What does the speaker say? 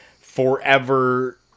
forever